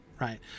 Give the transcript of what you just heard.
right